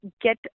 get